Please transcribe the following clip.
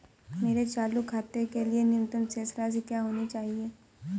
मेरे चालू खाते के लिए न्यूनतम शेष राशि क्या होनी चाहिए?